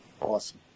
Awesome